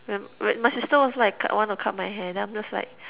my my sister was like I wanna cut my hair then I am just like